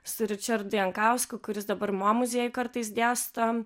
su ričardu jankausku kuris dabar mo muziejuj kartais dėsto